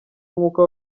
nkuko